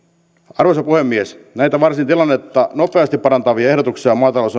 arvoisa puhemies näitä varsin nopeasti tilannetta parantavia ehdotuksia maatalous